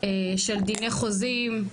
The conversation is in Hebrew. של דיני חוזים,